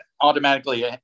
automatically